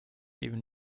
even